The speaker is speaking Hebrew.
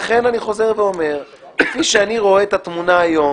לכן אני חוזר ואומר, כפי שאני רואה את התמונה היום